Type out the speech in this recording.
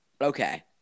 Okay